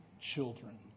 children